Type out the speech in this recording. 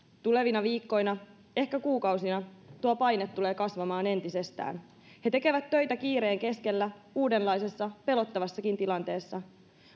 tulevina viikkoina ehkä kuukausina tuo paine tulee kasvamaan entisestään he tekevät töitä kiireen keskellä uudenlaisessa pelottavassakin tilanteessa